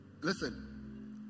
Listen